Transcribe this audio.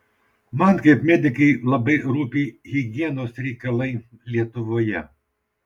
man kaip medikei labai rūpi higienos reikalai lietuvoje